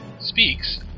Speaks